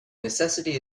necessity